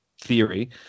theory